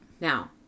Now